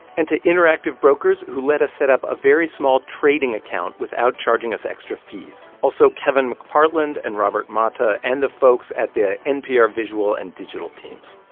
and to interactive brokers, who let us set up a very small trading account without charging us extra fees. also, kevin mcpartland and robert mata and the folks at the npr visual and digital teams